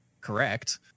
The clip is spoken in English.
correct